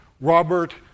Robert